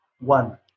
one